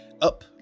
up